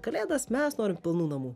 kalėdas mes norim pilnų namų